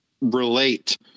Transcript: relate